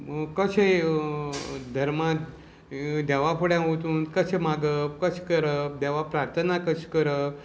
कशें धर्मांत देवा फुड्यान वचून कशें मागप कशें करप देवा प्रार्थना कशी करप